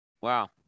Wow